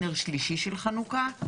נר שלישי של חנוכה,